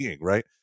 right